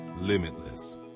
limitless